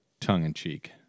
tongue-in-cheek